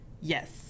Yes